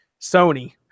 Sony